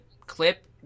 clip